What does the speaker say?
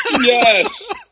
Yes